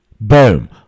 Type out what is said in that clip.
Boom